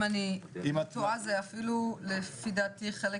אם אני לא טועה זה אפילו לפי דעתי חלק